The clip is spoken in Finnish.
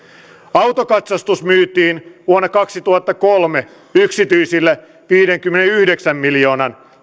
autokatsastus myytiin vuonna kaksituhattakolme yksityisille viidelläkymmenelläyhdeksällä miljoonalla